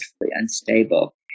unstable